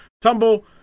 Tumble